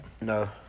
No